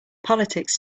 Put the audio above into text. politics